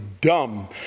dumb